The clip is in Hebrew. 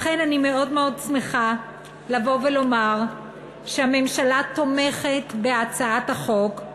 לכן אני מאוד מאוד שמחה לבוא ולומר שהממשלה תומכת בהצעת החוק,